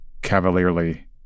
cavalierly